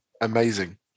amazing